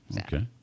Okay